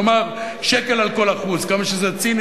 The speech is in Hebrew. כלומר שקל על כל 1%. כמה שזה ציני